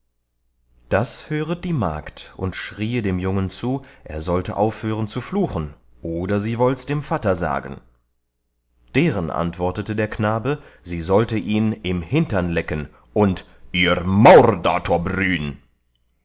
das höret die magd und schriee dem jungen zu er sollte aufhören zu fluchen oder sie wollts dem vatter sagen deren antwortete der knabe sie sollte ihn im hintern lecken und ihr mour